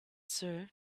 sir